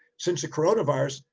since the coronavirus,